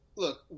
Look